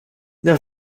the